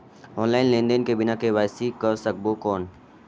Online लेनदेन बिना KYC कर सकबो कौन??